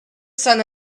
sun